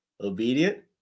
obedient